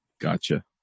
Gotcha